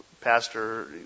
pastor